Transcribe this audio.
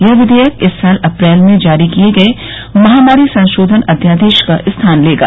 यह विधेयक इस साल अप्रैल में जारी किया गया महामारी संशोधन अध्यादेश का स्थान लेगा